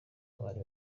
bari